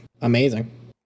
amazing